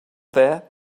there